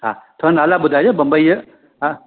हा थोरा नाला ॿुधाइजो बंबईअ जा हा